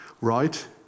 right